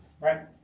right